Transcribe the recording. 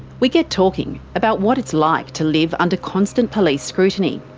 we get talking about what it's like to live under constant police scrutiny.